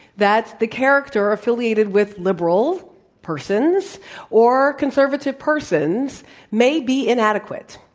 that the character affiliated with liberal persons or conservative persons may be inadequate.